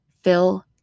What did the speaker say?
fill